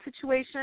situation